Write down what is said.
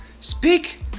Speak